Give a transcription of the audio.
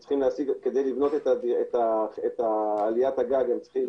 וכדי לבנות את עליית הגג הם צריכים